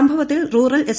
സംഭവത്തിൽ rural S